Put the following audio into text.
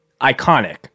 iconic